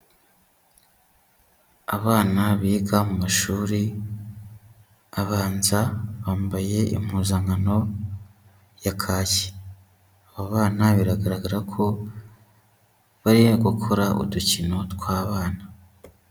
Abana biga mu mashuri abanza, bambaye impuzankano ya kake. Aba bana biragaragara ko bari gukora udukino tw'abana.